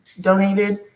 donated